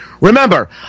Remember